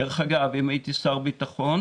דרך אגב, אם הייתי שר הביטחון,